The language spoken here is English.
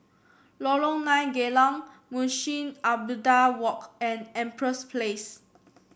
Lorong Nine Geylang Munshi Abdullah Walk and Empress Place